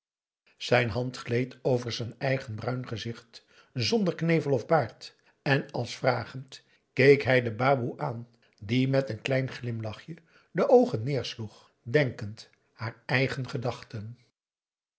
zijn hand gleed over z'n eigen bruin gezicht zonder knevel of baard en als vragend keek hij de baboe aan die met een klein glimlachje de oogen neersloeg denkend haar eigen gedachten